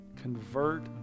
Convert